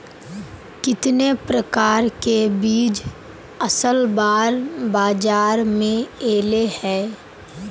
कितने प्रकार के बीज असल बार बाजार में ऐले है?